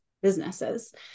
businesses